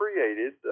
created